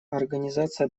организация